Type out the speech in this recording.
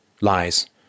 lies